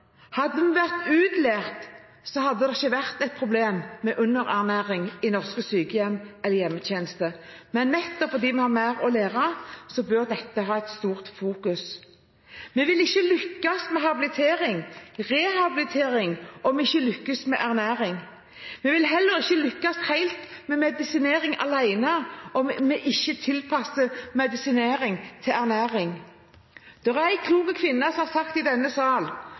Hadde vi vært utlært, hadde det ikke vært et problem med underernæring i norske sykehjem eller hjemmetjeneste. Men nettopp fordi vi har mer å lære, bør dette ha et stort fokus. Vi vil ikke lykkes med habilitering og rehabilitering om vi ikke lykkes med ernæring. Vi vil heller ikke lykkes helt med medisinering alene om vi ikke tilpasser medisinering til ernæring. En klok kvinne har sagt i denne sal: